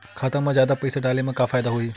खाता मा जादा पईसा डाले मा का फ़ायदा होही?